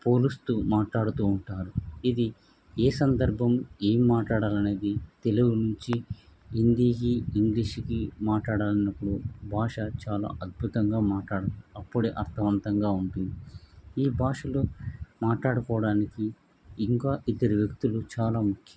పోలుస్తూ మాట్లాడుతూ ఉంటారు ఇది ఏ సందర్భం ఏం మాట్లాడాలనేది తెలుగు నుంచి హిందీకి ఇంగ్లీష్కి మట్లాడాలన్నప్పుడు భాష చాలా అద్భుతంగా మాట్లాడాలి అప్పుడే అర్థవంతంగా ఉంటుంది ఈ భాషలు మాట్లాడుకోవడానికి ఇంకా ఇద్దరు వ్యక్తులు చాలా ముఖ్యం